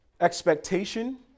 expectation